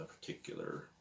particular